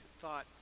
thought